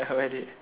I wear it